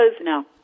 no